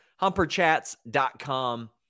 humperchats.com